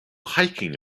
hiking